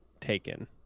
taken